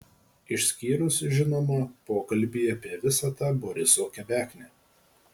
išskyrus žinoma pokalbį apie visą tą boriso kebeknę